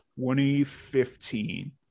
2015